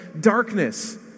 darkness